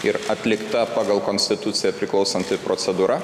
ir atlikta pagal konstituciją priklausanti procedūra